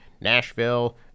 Nashville